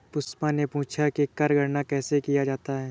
पुष्पा ने पूछा कि कर गणना कैसे किया जाता है?